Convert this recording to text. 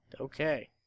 okay